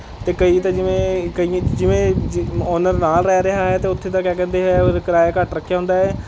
ਅਤੇ ਕਈ ਤਾਂ ਜਿਵੇਂ ਕਈ ਜਿਵੇਂ ਜਿ ਔਨਰ ਨਾਲ਼ ਰਹਿ ਰਿਹਾ ਹੈ ਅਤੇ ਉੱਥੇ ਤਾਂ ਕਿਆ ਕਹਿੰਦੇ ਹੈ ਔਰ ਕਿਰਾਇਆ ਘੱਟ ਰੱਖਿਆ ਹੁੰਦਾ ਹੈ